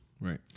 Right